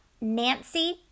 Nancy